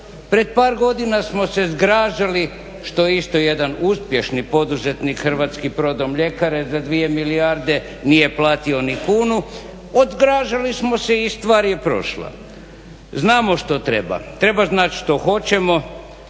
Pred par godina smo se zgražali što isto jedan uspješni poduzetnik hrvatske brodomljekare za dvije milijarde nije platio ni kunu, odgražali smo se i stvar je prošla. Znamo što treba. Treba znat što hoćemo